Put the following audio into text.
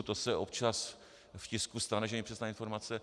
To se občas v tisku stane, že nepřesná informace...